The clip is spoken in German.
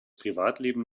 privatleben